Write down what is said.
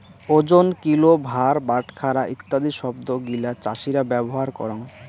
ওজন, কিলো, ভার, বাটখারা ইত্যাদি শব্দ গিলা চাষীরা ব্যবহার করঙ